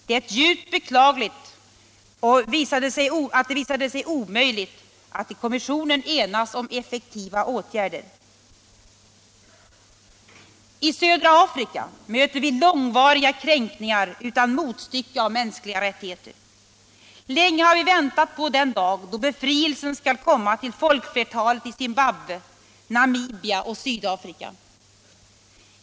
Det är djupt beklagligt att det visade sig omöjligt att i kommissionen enas om effektiva åtgärder. I södra Afrika möter vi långvariga kränkningar utan motstycke av mänskliga rättigheter. Länge har vi väntat på den dag då befrielsen skall komma till folkflertalet i Zimbabwe, Namibia och Sydafrika.